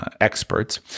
experts